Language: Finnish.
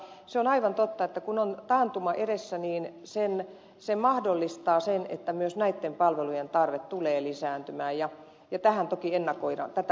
se on aivan totta että kun on taantuma edessä niin se mahdollistaa sen että myös näitten palvelujen tarve tulee lisääntymään ja tätä toki ennakoidaankin